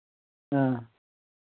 हां